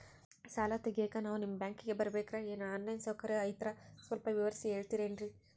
ಸಾಲ ತೆಗಿಯೋಕಾ ನಾವು ನಿಮ್ಮ ಬ್ಯಾಂಕಿಗೆ ಬರಬೇಕ್ರ ಏನು ಆನ್ ಲೈನ್ ಸೌಕರ್ಯ ಐತ್ರ ಸ್ವಲ್ಪ ವಿವರಿಸಿ ಹೇಳ್ತಿರೆನ್ರಿ?